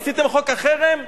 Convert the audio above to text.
עשיתם חוק החרם,